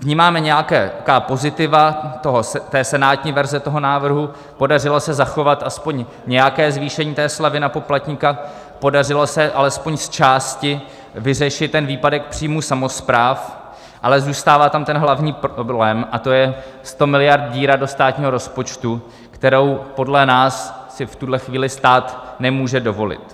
Vnímáme nějaká pozitiva senátní verze návrhu, podařilo se zachovat aspoň nějaké zvýšení té slevy na poplatníka, podařilo se alespoň zčásti vyřešit výpadek z příjmů samospráv, ale zůstává tam ten hlavní problém a to je 100 miliard díra do státního rozpočtu, kterou si podle nás v tuhle chvíli stát nemůže dovolit.